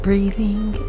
Breathing